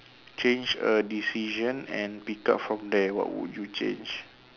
change a decision and pick up from there what would you change